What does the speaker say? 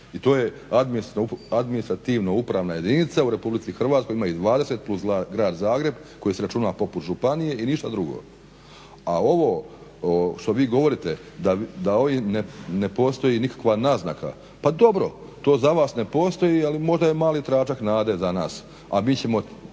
i to je administrativno-upravna jedinica u RH. ima ih 20 plus Grad Zagreb koji se računa poput županije i ništa drugo. A ovo što vi govorite da ne postoji nikakva naznaka, pa dobro to za vas ne postoji ali možda je mali tračak nade za nas,